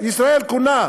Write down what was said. ישראל קונה,